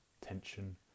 tension